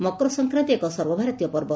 ମକର ସଂକ୍ରାନ୍ତି ଏକ ସର୍ବଭାରତୀୟ ପର୍ବ